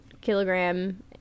kilogram